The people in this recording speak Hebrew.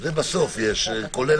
כולל